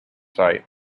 site